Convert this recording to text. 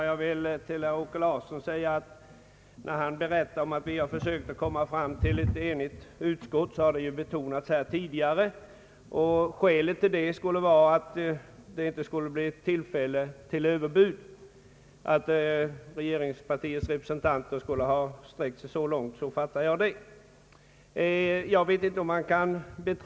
Herr talman! Herr Åke Larsson har berättat att utskottets ledamöter försökte komma fram till ett enhälligt utlåtande och att skälet till det skulle ha varit att det inte borde bli tillfälle till överbud. Jag uppfattade herr Larssons yttrande på det sättet att så långt kunde regeringspartiets representanter sträcka sig.